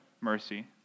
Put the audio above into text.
mercy